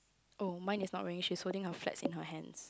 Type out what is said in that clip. oh mine is not really she is holding a flag in her hands